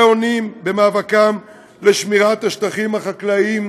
אונים במאבקם לשמירת השטחים החקלאיים